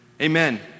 Amen